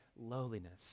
Lowliness